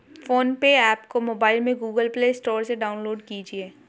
phone पे app को mobile में गूगल प्ले स्टोर से डाउनलोड कीजिए